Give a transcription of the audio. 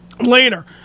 Later